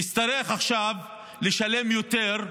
יצטרך עכשיו לשלם יותר.